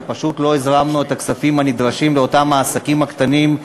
ופשוט לא הזרמנו את הכספים הנדרשים לאותם עסקים קטנים,